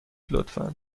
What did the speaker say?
لطفا